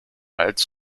als